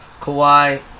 Kawhi